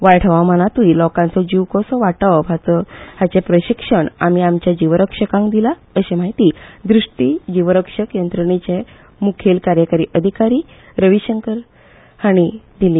वायट हवामानातूय लोकांचो जीव कसो वाटावप हाचो प्रश्चिक्षण आमी आमच्या जीवर्टक्षकांक दिला अश्री म्हायती द्रिश्टी जीवदक्षक यंत्रणेचे मुखेल कार्यकारी अधिकारी रवी शंकर प्रसाद हांणी दिली